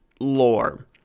lore